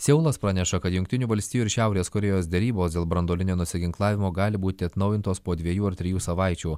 seulas praneša kad jungtinių valstijų ir šiaurės korėjos derybos dėl branduolinio nusiginklavimo gali būti atnaujintos po dviejų ar trijų savaičių